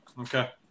Okay